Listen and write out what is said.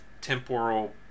temporal